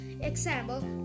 Example